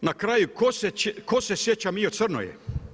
Na kraju tko se sjeća Mio Crnoje.